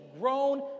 grown